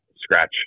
scratch